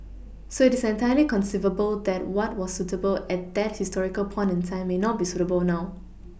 so it is entirely conceivable that what was suitable at that historical point in time may not be suitable now